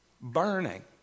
burning